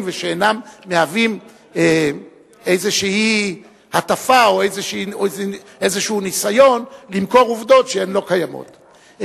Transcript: ואינם מהווים איזו הטפה או איזה ניסיון למכור עובדות שהן לא קיימות,